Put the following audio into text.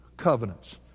covenants